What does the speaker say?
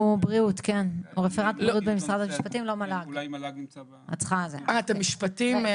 אולי מל"ג נמצא -- אה, אתה משפטים.